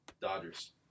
dodgers